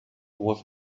was